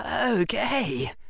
Okay